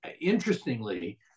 interestingly